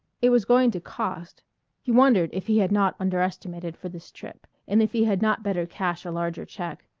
it was going to cost he wondered if he had not underestimated for this trip, and if he had not better cash a larger check.